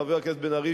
חבר הכנסת בן-ארי,